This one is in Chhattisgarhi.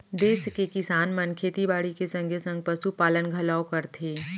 देस के किसान मन खेती बाड़ी के संगे संग पसु पालन घलौ करथे